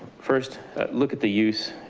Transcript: first look at the use,